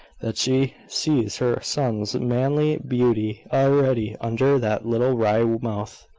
that she sees her son's manly beauty already under that little wry mouth,